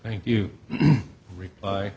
thank you reply